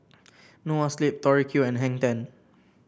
Noa Sleep Tori Q and Hang Ten